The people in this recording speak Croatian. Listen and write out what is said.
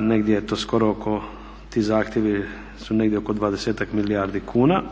negdje je to skoro oko, ti zahtjevi su negdje oko dvadesetak milijardi kuna,